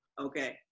Okay